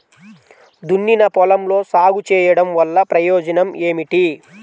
దున్నిన పొలంలో సాగు చేయడం వల్ల ప్రయోజనం ఏమిటి?